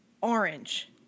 Orange